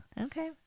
Okay